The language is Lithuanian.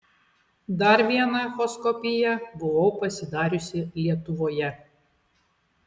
dar vieną echoskopiją buvau pasidariusi lietuvoje